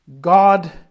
God